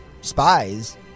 spies